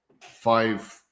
five